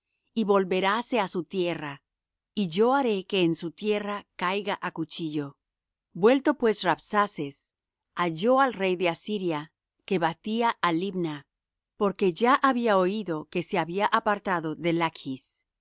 y volveráse á su tierra y yo haré que en su tierra caiga á cuchillo vuelto pues rabsaces halló al rey de asiria que batía á libna porque ya había oído que se había apartado de lachs